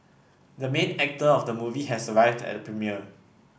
the main actor of the movie has arrived at the premiere